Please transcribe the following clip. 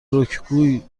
رکگویی